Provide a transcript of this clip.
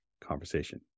conversation